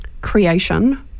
creation